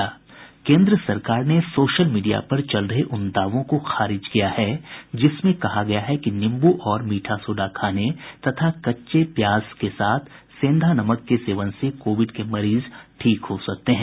केन्द्र सरकार ने सोशल मीडिया पर चल रहे उन दावों को खारिज किया है जिसमें कहा गया है कि नींबू और मीठा सोडा खाने तथा कच्चे प्याज के साथ सेंधा नमक के सेवन से कोविड के मरीज ठीक हो सकते हैं